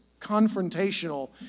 confrontational